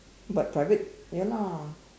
but private ya lah